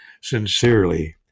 sincerely